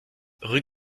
rue